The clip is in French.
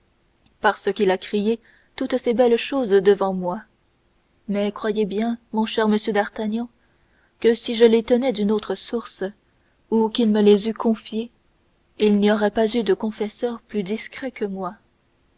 parce qu'il a crié toutes ces belles choses devant moi mais croyez bien mon cher monsieur d'artagnan que si je les tenais d'une autre source ou qu'il me les eût confiées il n'y aurait pas eu de confesseur plus discret que moi